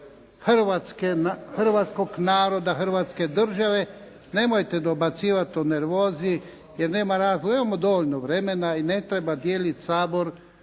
hrvatskog naroda, Hrvatske države. Nemojte dobacivati o nervozi, jer nema razloga. Imamo dovoljno vremena i ne treba dijeliti Sabor